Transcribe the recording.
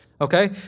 Okay